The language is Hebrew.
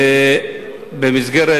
במסגרת